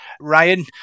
Ryan